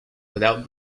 without